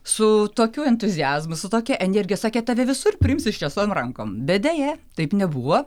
su tokiu entuziazmu su tokia energija sakė tave visur priims ištiestom rankom bet deja taip nebuvo